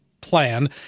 plan